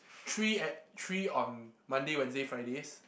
three at three on Monday Wednesday Fridays